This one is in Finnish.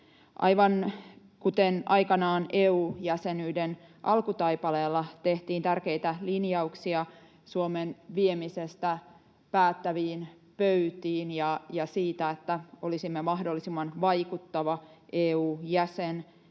Aivan kuten aikanaan EU-jäsenyyden alkutaipaleella tehtiin tärkeitä linjauksia Suomen viemisestä päättäviin pöytiin ja siitä, että olisimme mahdollisimman vaikuttava EU-jäsen,